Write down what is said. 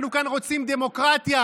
אנחנו כאן רוצים דמוקרטיה.